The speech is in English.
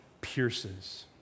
pierces